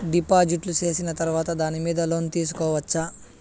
డిపాజిట్లు సేసిన తర్వాత దాని మీద లోను తీసుకోవచ్చా?